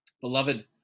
beloved